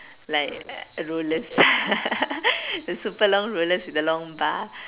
like rollers the super long rollers with the long bar